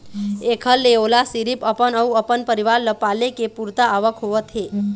एखर ले ओला सिरिफ अपन अउ अपन परिवार ल पाले के पुरता आवक होवत हे